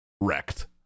wrecked